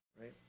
right